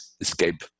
escape